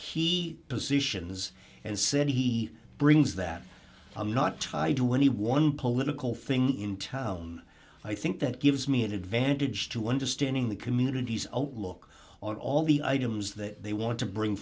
key positions and said he brings that i'm not tied to any one political thing in town i think that gives me an advantage to understanding the communities outlook on all the items that they want to bring